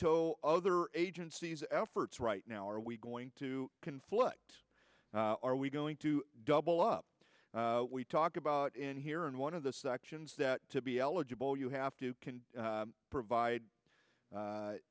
to other agencies efforts right now are we going to conflict are we going to double up we talk about in here and one of the sections that to be eligible you have to can provide